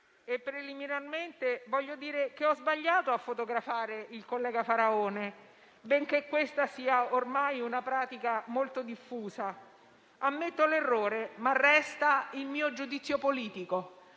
Preliminarmente, voglio dire che ho sbagliato a fotografare il collega Faraone, benché questa sia ormai una pratica molto diffusa. Ammetto l'errore, ma resta il mio giudizio politico.